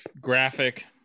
graphic –